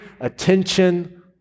attention